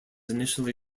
initially